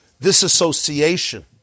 disassociation